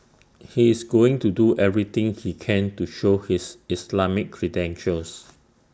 he is going to do everything he can to show his Islamic credentials